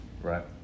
Right